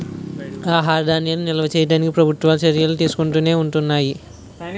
ఆహార ధాన్యాలను నిల్వ చేయడానికి ప్రభుత్వాలు చర్యలు తీసుకుంటునే ఉంటున్నాయి